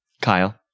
Kyle